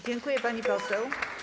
Dziękuję, pani poseł.